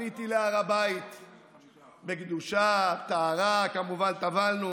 עליתי להר הבית בקדושה, טהרה, כמובן טבלנו,